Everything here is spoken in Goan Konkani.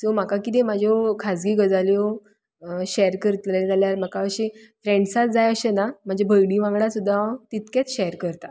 सो म्हाका कितें म्हज्यो खाजगी गजाल्यो शेर करतलें जाल्यार म्हाका अशें फ्रेंडसात जाय अशें ना म्हजे भयणी वांगडा सुद्दां हांव तितकेंच शेर करतां